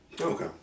okay